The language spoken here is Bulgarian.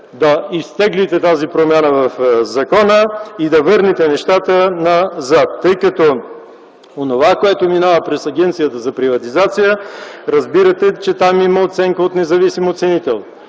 да изтеглите тази промяна в закона и да върнете нещата назад, тъй като онова, което минава през Агенцията за приватизация, разбирате, че там има оценка от независим оценител,